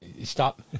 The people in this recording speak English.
Stop